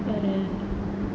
but err